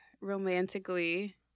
romantically